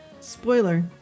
Spoiler